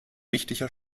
wichtiger